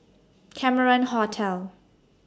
Cameron Hotel